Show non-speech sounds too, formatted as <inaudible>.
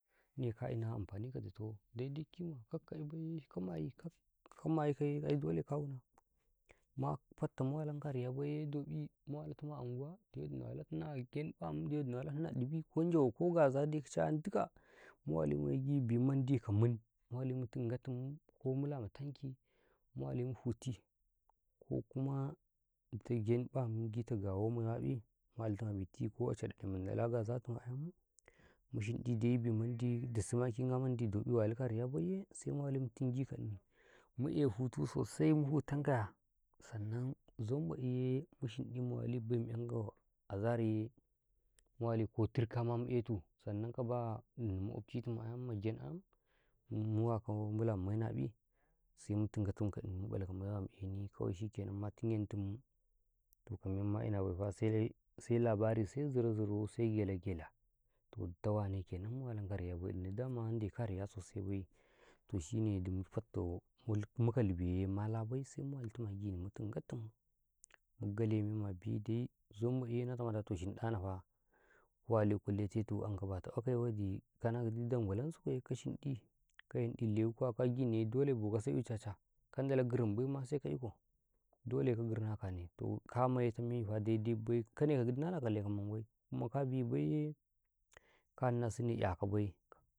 ﻿ni Ka ina amfani ka du tau, dai dai kima kak kayi bay, ka mayi ka yee, ai dole ka wuna, ma fattu mu weali riya bayya, do ƃi mu walam tanku anguwa, da wadi nala tu nagyan bay, fatta wadi mala ina, dibi ko zawan ko gaza dai kice giɗ mu wali, gikamun mu tun ga tun wali mu huti, ko kuma in ta gen'an gita gawo mai wa'ii, mu waltin a bitii, ko a caltin ma ama gaza ti, am mu shinɗi dai dusu ma, ke ba mendi walika riyaa bay yee, sai muwali mu tungi ka Nni mu yee hutu sosai, mu hutan ka yaa, sannan zam bay eh yee, mu shinɗu mu wali bay muyan kau azihar yee, mu wali ka tur ka ma mu yee tu, sannan ka ba <unintelligible> mu jama'a mu wakau bila ma mai na'i, sai mu tun gatu kan ni, mu ƃalau maiwa ma buci, ma tun ge tum mu, to ka men me na ina kai fa, sai labari, sai zirau-zirau sai gilaa, wannau kenan ka ribay Nni daman de ka riya sosaia bay toh shine dai fattau, mu ka lubay yee, malabay, sai way gini mu tun ga tum, mu gale mu dai-dai, zam bay ita kau toh shinɗa na fa, ku wali ku le te tu anga kwa ke wadii ka na wadi wadi don kwalan su ka yee, ka shinɗi, ka shinɗi, lewu kuwu wa, ka gi Nni yee, doleka yee ca-caa kan dala girimma sai kai yu kau, dole kagirm a ka Nni, toh ka ma yee ta mai ma dai-dai bay, ka ne ka gidi nala kale ka man gway, kuma ka bi bay yee, ka inna ka sai 'yako bay.